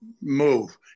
move